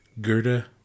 Gerda